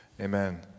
Amen